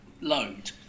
load